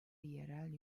yerel